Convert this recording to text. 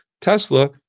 Tesla